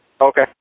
Okay